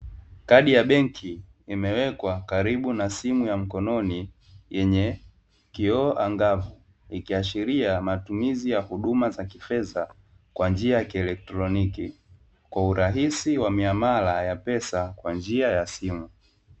Kadi ya benki imewekwa karibu na simu ya mkononi yenye kioo angavu, ikiashiria matumizi ya huduma za kifedha kwa njia ya kieletroniki kwa urahisi wa miamala ya pesa kwa njia ya simu.